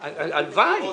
הקראנו.